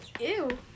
Ew